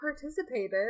participated